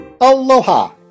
Aloha